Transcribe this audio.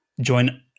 join